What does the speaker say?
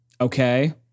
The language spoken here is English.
Okay